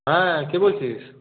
হ্যাঁ কে বলছিস